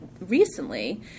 recently